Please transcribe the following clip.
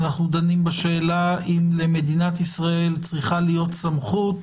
אנחנו דנים בשאלה אם למדינת ישראל צריכה להיות סמכות